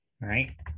right